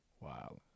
Wow